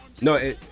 No